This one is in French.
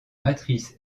matrice